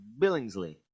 billingsley